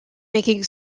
making